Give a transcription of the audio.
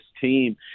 team